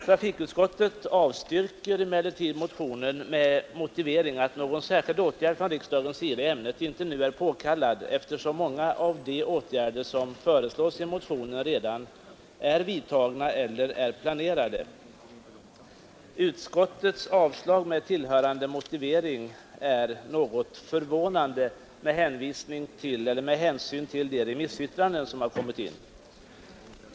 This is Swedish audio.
Trafikutskottet avstyrker emellertid motionen med motiveringen att någon särskild åtgärd från riksdagens sida i ämnet inte nu är påkallad, eftersom många av de åtgärder som motionärerna föreslår redan nu är vidtagna eller planerade. Utskottets avstyrkande med tillhörande motivering är något förvånande med hänsyn till de remissyttranden som har kommit in.